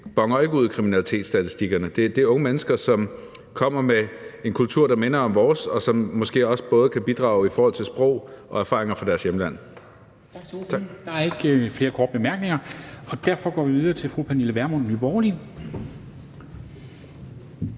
bonner jo ikke ud i kriminalitetsstatistikkerne. Det er unge mennesker, som kommer med en kultur, der minder om vores, og som måske også kan bidrage både i forhold til sprog og med erfaringer fra deres hjemland.